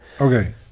Okay